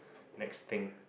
next thing